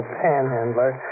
panhandler